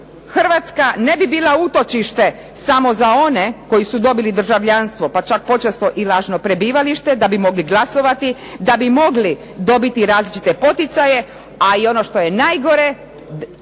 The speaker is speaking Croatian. Hrvatska ne bi bila utočište samo za one koji su dobili državljanstvo pa čak počesto i lažno prebivalište da bi mogli glasovati, da bi mogli dobiti različite poticaje a i ono što je najgore